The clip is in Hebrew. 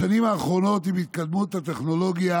בשנים האחרונות, עם התקדמות הטכנולוגיה